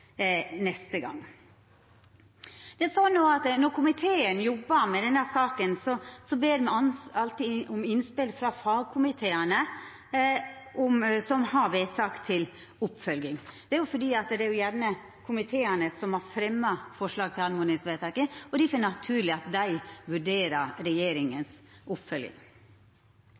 neste gong. Det er sånn at når komiteen jobbar med denne saka, ber ein alltid om innspel frå fagkomiteane som har vedtak til oppfølging. Det er fordi det gjerne er komiteane som har fremja forslag til oppmodingsvedtaka, og difor er det naturleg at dei vurderer regjeringas oppfølging.